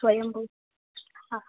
સ્વંયભૂ હા